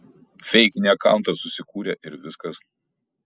feikinį akauntą susikūrė ir viskas